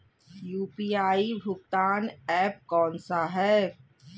UPI भुगतान app कौन सा है?